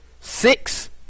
six